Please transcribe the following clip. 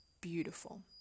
beautiful